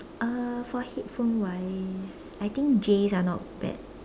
uh for headphone wise I think Js are not bad